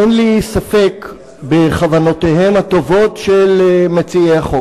אין לי ספק בכוונותיהם הטובות של מציעי החוק,